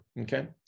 okay